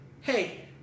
hey